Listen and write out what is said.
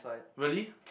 really